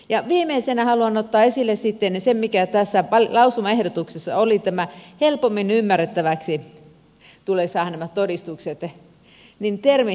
ja viimeisenä haluan ottaa esille sen mikä tässä lausumaehdotuksessa oli tämä että helpommin ymmärrettäviksi tulee saada nämä todistukset ja termin selkokielitalkoot